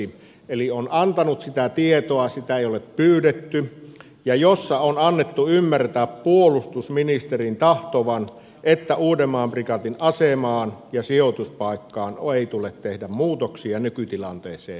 eli se on antanut sitä tietoa sitä ei ole pyydetty jossa on annettu ymmärtää puolustusministerin tahtovan että uudenmaan prikaatin asemaan ja sijoituspaikkaan ei tule tehdä muutoksia nykytilanteeseen nähden